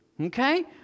Okay